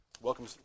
Welcome